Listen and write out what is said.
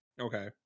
Okay